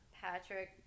Patrick